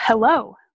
Hello